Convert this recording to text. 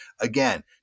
Again